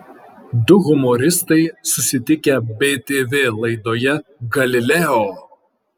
du humoristai susitikę btv laidoje galileo